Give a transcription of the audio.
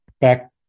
Back